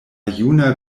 juna